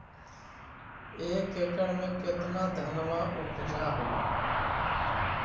एक एकड़ मे कितना धनमा उपजा हू?